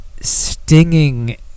stinging